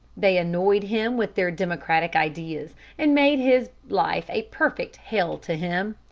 they annoyed him with their democratic ideas and made his life a perfect hell to him.